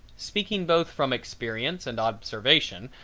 speaking both from experience and observation,